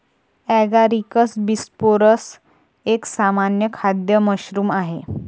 Agaricus bisporus एक सामान्य खाद्य मशरूम आहे